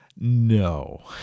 No